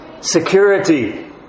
security